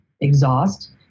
exhaust